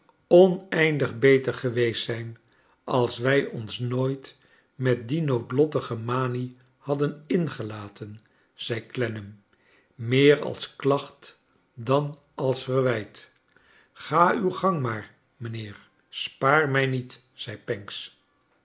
oneindig beter geweest zijn als wij ons nooit met die noodlottige manie hadden ingelaten zei clennam meer als klacht dan als verwijt ga uw gang maar mijnheer spaar mij niet zei pancks